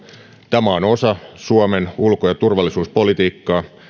tämä on osa suomen ulko ja turvallisuuspolitiikkaa